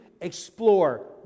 explore